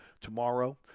tomorrow